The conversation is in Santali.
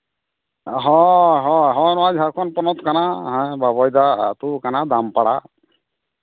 ᱦᱮᱸ ᱦᱮᱸ ᱡᱷᱟᱲᱠᱷᱚᱸᱰ ᱯᱚᱱᱚᱛ ᱠᱟᱱᱟ ᱵᱟᱵᱳᱭᱫᱟ ᱟᱹᱛᱩ ᱠᱟᱱᱟ ᱫᱟᱢᱯᱟᱲᱟ